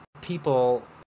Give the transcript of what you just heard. people